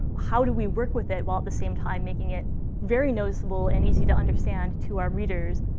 how do we work with it while, at the same time, making it very noticeable and easy to understand to our readers,